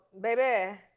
baby